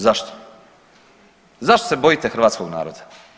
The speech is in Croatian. Zašto, zašto se bojite hrvatskog naroda?